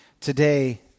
Today